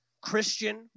Christian